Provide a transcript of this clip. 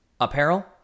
Apparel